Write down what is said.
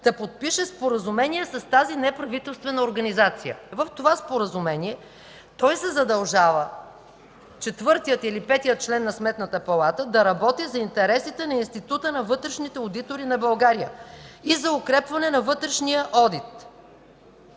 да подпише споразумение с тази неправителствена организация. В това споразумение той се задължава – четвъртият или петият член на Сметната палата да работи за интересите на Института на вътрешните одитори на България и за укрепване на вътрешния одит.